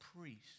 priest